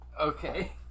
Okay